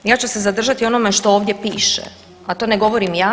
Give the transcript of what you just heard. Ja ću se zadržati na onome što ovdje piše, a to ne govorim ja.